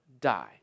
die